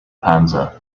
panza